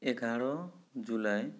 এঘাৰ জুলাই